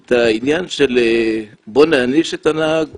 את העניין של בוא נעניש את הנהג,